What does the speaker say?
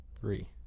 Three